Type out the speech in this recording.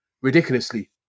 ridiculously